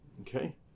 okay